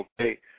Okay